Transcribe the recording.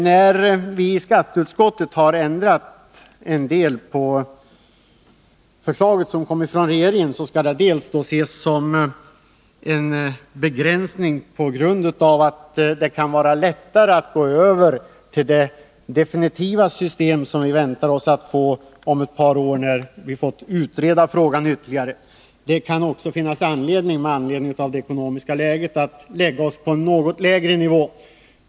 Att vi i skatteutskottet har ändrat en del i förslaget som kom från regeringen skall bl.a. ses som en begränsning på grund av att det kan vara lättare att gå över till de definitiva system vi väntar oss att få om ett par år när vi utrett frågan ytterligare. Det kan också med tanke på det ekonomiska läget finnas anledning att vi lägger oss på en lägre nivå.